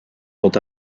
sont